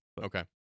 Okay